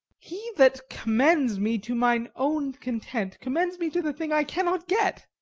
he that commends me to mine own content commends me to the thing i cannot get.